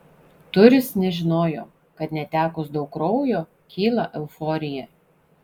turis nežinojo kad netekus daug kraujo kyla euforija